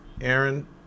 Aaron